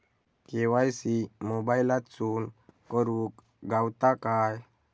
KYC मोबाईलातसून करुक गावता काय?